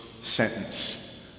sentence